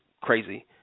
crazy